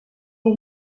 die